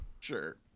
Sure